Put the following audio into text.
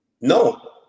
No